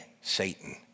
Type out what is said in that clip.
Satan